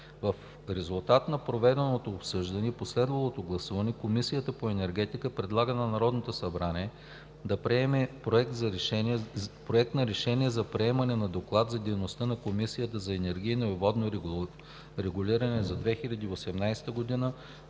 В резултат на проведеното обсъждане и последвало гласуване, Комисията по енергетика предлага на Народното събрание да приеме Проект на решение за приемане на Доклад за дейността на Комисията за енергийно и водно регулиране за 2018 г.,